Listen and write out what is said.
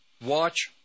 watch